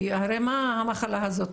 כי הרי מה המחלה הזאת,